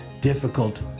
difficult